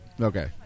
Okay